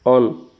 on